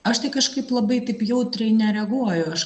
aš tai kažkaip labai taip jautriai nereaguoju aš